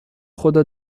خدا